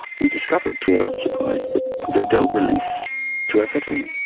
we discovered to our surprise that they don't release to amphetamine,